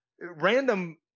random